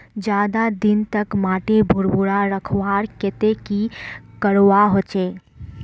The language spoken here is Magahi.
ज्यादा दिन तक माटी भुर्भुरा रखवार केते की करवा होचए?